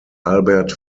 albert